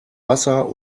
wasser